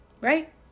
Right